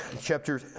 chapter